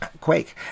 Quake